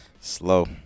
Slow